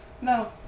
no